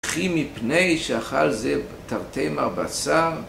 אחי מפני שאכל זה תרתי מהבשר